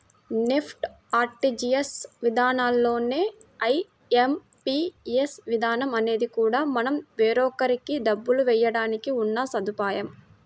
NEFT, RTGS విధానాల్లానే IMPS విధానం అనేది కూడా మనం వేరొకరికి డబ్బులు వేయడానికి ఉన్న సదుపాయం